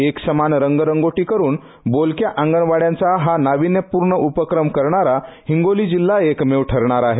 एकसमान रंगरंगोटी करून बोलक्या अंगणवाड्यांचा हा नाविन्यपूर्ण उपक्रम करणारा हिंगोली जिल्हा एकमेव ठरणार आहे